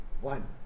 One